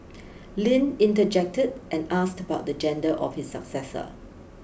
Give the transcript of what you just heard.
Lin interjected and asked about the gender of his successor